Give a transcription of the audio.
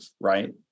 right